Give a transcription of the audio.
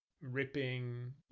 ripping